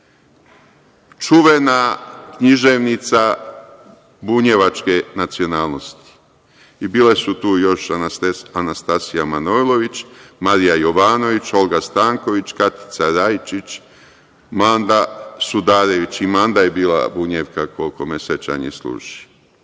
čuvena književnica bunjevačke nacionalnosti i bile su tu još i Anastasija Manojlović, Marija Jovanović, Olga Stanković, Katica Rajčić, Manda Sudarević, i Manda je bila Bunjevka, koliko me sećanje služi.A